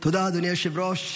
תודה, אדוני היושב-ראש.